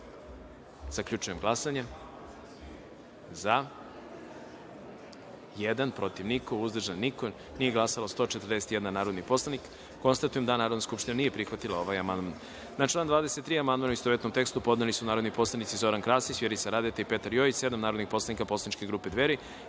amandman. Zaključujem glasanje: za – jedan, protiv – niko, uzdržanih – nema, nije glasao 141 narodni poslanik. Konstatujem da Narodna skupština nije prihvatila ovaj amandman. Na član 23. amandman, u istovetnom tekstu, podneli su narodni poslanici Zoran Krasić, Vjerica Radeta i Petar Jojić, sedam narodnih poslanika poslaničke grupe Dveri